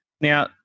Now